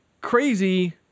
crazy